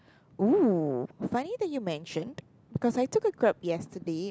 !woo! funny that you mentioned because I took a Grab yesterday